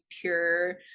pure